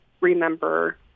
remember